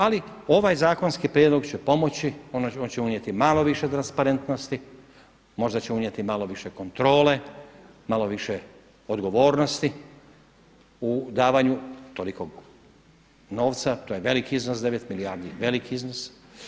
Ali ovaj zakonski prijedlog će pomoći, on će unijeti malo više transparentnosti, možda će unijeti malo više kontrole, malo više odgovornosti u davanju tolikog novca, to je veliki iznos, 9 milijardi je veliki iznos.